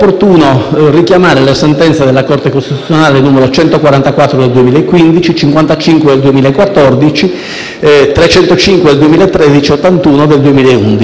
richiamare le sentenze della Corte costituzionale n. 144 del 2015, n. 55 del 2014, n. 305 del 2013 e n. 81 del 2011